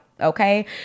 okay